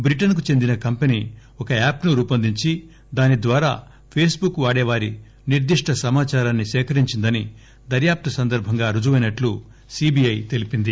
Britain కు చెందిన company ఒక యాప్ ను రూపొందించి దాని ద్వారా ఫేస్ బుక్ వాడేవారి నిర్దిష్ట సమాచారాన్ని సేకరించిందని దర్భాప్పు సందర్భంగా రుజువైనట్టు సిబిఐ తెలిపింది